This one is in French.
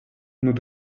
nous